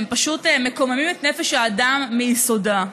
הם פשוט מקוממים את נפש האדם מיסודם.